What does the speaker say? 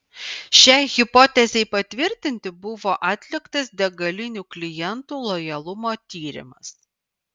šiai hipotezei patvirtinti buvo atliktas degalinių klientų lojalumo tyrimas